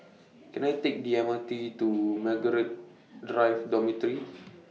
Can I Take The M R T to Margaret Drive Dormitory